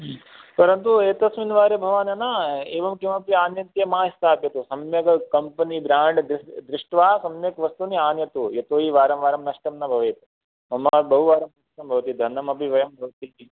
ह्म् परन्तु एतस्मिन् वारे भवान् एवं किमपि आनित्य मा स्थाप्यतु सम्यग् कम्पनि ब्राण्ड् दृष्ट्वा सम्यक् वस्तूनि आनयतु यतो हि वारं वारं नष्टं न भवेत् मम बहुवारं नष्टं भवति धनमपि बहु व्ययं